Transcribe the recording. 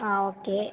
ஆ okay